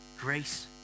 grace